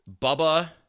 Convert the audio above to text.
bubba